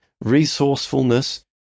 resourcefulness